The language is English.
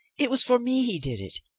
it was for me he did it.